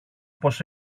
πως